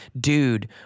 dude